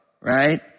right